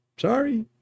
Sorry